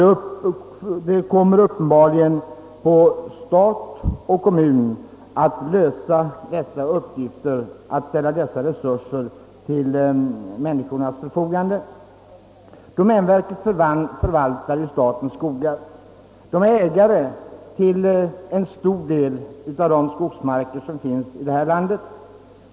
Det ankommer uppenbarligen på stat och kommun att ställa dessa resurser till förfogande. Domänverket förvaltar ju statens skogar och staten är ägare till en stor del av de skogsmarker som finns i detta land.